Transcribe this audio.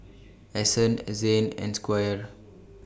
Ason A Zane and Squire